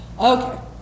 Okay